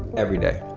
every day